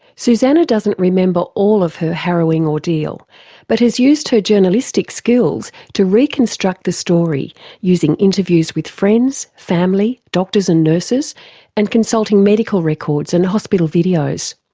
susannah doesn't remember all of her harrowing ordeal but has used her journalistic skills to reconstruct the story using interviews with friends, family, doctors and nurses and consulting medical records and hospital videos.